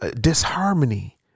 disharmony